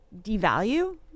devalue